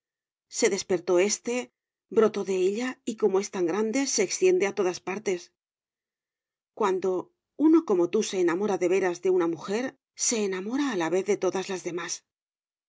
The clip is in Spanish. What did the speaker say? se despertó éste brotó de ella y como es tan grande se extiende a todas partes cuando uno como tú se enamora de veras de una mujer se enamora a la vez de todas las demás